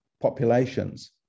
populations